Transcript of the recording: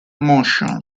motion